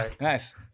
Nice